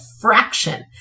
fraction